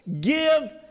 Give